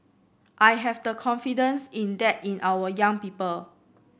I have the confidence in that in our young people